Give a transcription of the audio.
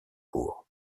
cour